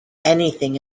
anything